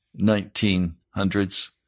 1900s